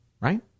Right